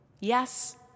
Yes